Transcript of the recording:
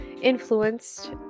influenced